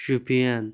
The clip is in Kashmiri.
شُپیَن